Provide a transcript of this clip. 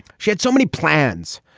she had so many plans,